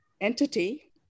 entity